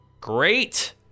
great